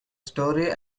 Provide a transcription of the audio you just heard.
story